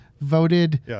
voted